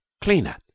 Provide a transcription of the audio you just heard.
cleaner